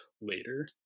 later